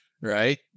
right